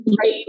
right